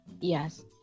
yes